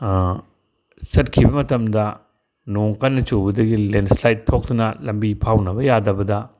ꯆꯠꯈꯤꯕ ꯃꯇꯝꯗ ꯅꯣꯡ ꯀꯟꯅ ꯆꯨꯕꯗꯒꯤ ꯂꯦꯟꯁꯂꯥꯏꯠ ꯊꯣꯛꯇꯅ ꯂꯝꯕꯤ ꯐꯥꯎꯅꯕ ꯌꯥꯗꯕꯗ